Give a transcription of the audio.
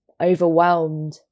overwhelmed